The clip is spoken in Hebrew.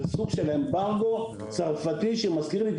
זה סוג של אמברגו צרפתי שמזכיר לי את